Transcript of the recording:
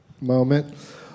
moment